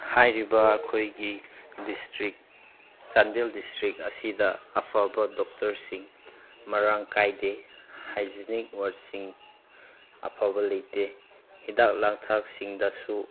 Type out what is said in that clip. ꯍꯥꯏꯔꯤꯕ ꯑꯩꯈꯣꯏꯒꯤ district Chandel district ꯑꯁꯤꯗ ꯑꯐꯕ ꯗꯣꯛꯇꯔꯁꯤꯡ ꯃꯔꯥꯡ ꯀꯥꯏꯗꯦ ꯍꯥꯏꯖꯤꯅꯤꯛ ꯋꯥꯔꯠꯁꯤꯡ ꯑꯐꯕ ꯂꯩꯇꯦ ꯍꯤꯗꯥꯛ ꯂꯥꯛꯊꯛꯁꯤꯡꯗꯁꯨ